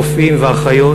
רופאים ואחיות,